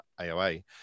AOA